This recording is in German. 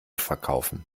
verkaufen